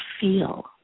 feel